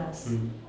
mm